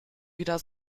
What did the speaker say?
wieder